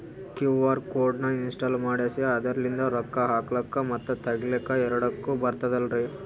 QR code ನ install ಮಾಡೆಸಿ ಅದರ್ಲಿಂದ ರೊಕ್ಕ ಹಾಕ್ಲಕ್ಕ ಮತ್ತ ತಗಿಲಕ ಎರಡುಕ್ಕು ಬರ್ತದಲ್ರಿ?